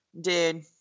dude